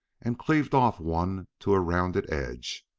and cleaved off one to a rounded edge.